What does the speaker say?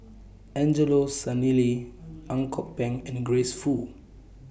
Angelo Sanelli Ang Kok Peng and Grace Fu